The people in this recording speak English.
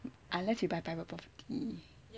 unless you buy private property